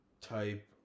type